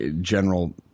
general –